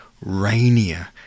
rainier